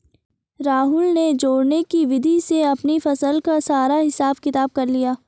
राहुल ने जोड़ने की विधि से अपनी फसल का सारा हिसाब किताब कर लिया